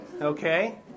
okay